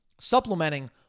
supplementing